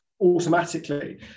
automatically